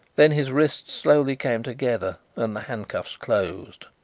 then his wrists slowly came together and the handcuffs closed.